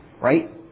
right